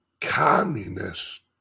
Communist